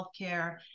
healthcare